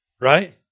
right